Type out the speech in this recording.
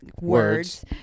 Words